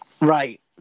Right